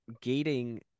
gating